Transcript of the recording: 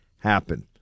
happen